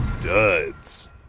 duds